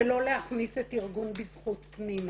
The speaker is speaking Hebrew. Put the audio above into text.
שלא להכניס את ארגון בזכות פנימה.